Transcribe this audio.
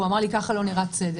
הוא אמר לי: ככה לא נראה צדק.